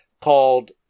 called